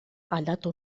aldatu